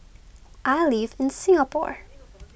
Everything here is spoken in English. I live in Singapore